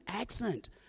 accent